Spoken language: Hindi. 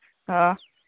हाँ